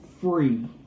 free